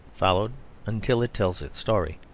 followed until it tells its story.